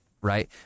right